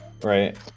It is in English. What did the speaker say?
right